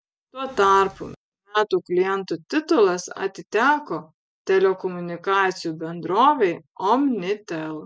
tuo tarpu metų klientų titulas atiteko telekomunikacijų bendrovei omnitel